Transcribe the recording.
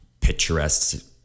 picturesque